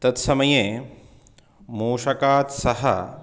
तत्समये मूषकात् सः